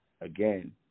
again